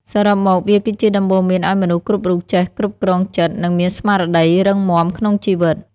សរុបមក វាគឺជាដំបូន្មានឱ្យមនុស្សគ្រប់រូបចេះគ្រប់គ្រងចិត្ត និងមានស្មារតីរឹងមាំក្នុងជីវិត។